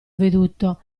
veduto